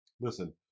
listen